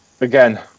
again